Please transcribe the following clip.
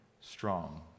strong